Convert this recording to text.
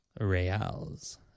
Reals